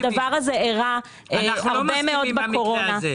הדבר הזה אירע הרבה מאוד בקורונה.